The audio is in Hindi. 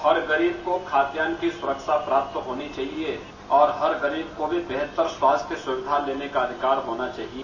हर गरीब को खाद्यान की सुरक्षा प्राप्त होनी चाहिये और हर गरीब को भी बेहतर स्वास्थ्य सुविधा लेने का अधिकार होना चाहिये